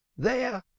there!